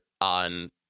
on